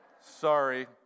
Sorry